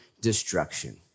destruction